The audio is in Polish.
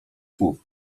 słów